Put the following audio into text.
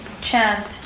chant